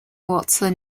watson